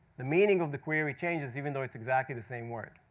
the meaning of the query changes even though it's exactly the same word.